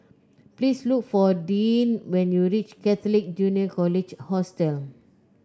please look for Deeann when you reach Catholic Junior College Hostel